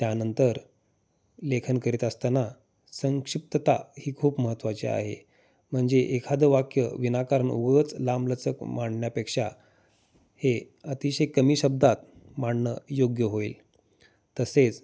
त्यानंतर लेखन करीत असताना संक्षिप्तता ही खूप महत्त्वाची आहे म्हणजे एखादं वाक्य विनाकारण उगाच लांबलचक मांडण्यापेक्षा हे अतिशय कमी शब्दात मांडणं योग्य होईल तसेच